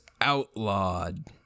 outlawed